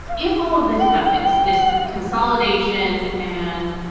if all of this happens, this consolidation and,